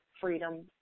freedom